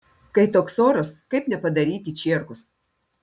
kai toks oras kaip nepadaryti čierkos